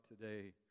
today